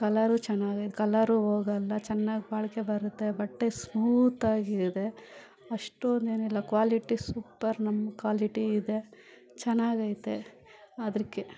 colour ಚೆನ್ನಾಗೈತ್ colour ಹೋಗಲ್ಲ ಚೆನ್ನಾಗ್ ಬಾಳಿಕೆ ಬರುತ್ತೆ ಬಟ್ಟೆ ಸ್ಮೂತಾಗಿದೆ ಅಷ್ಟೋಂದೇನಿಲ್ಲ ಕ್ವಾಲಿಟಿ ಸೂಪರ್ ನಮ್ಮ ಕ್ವಾಲಿಟಿ ಇದೆ ಚೆನ್ನಾಗೈತೆ ಅದಕೆ